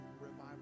revival